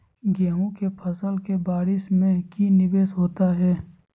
गेंहू के फ़सल के बारिस में की निवेस होता है?